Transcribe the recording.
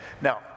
Now